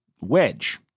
wedge